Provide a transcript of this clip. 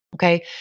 Okay